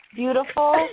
beautiful